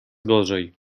gorzej